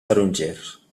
tarongers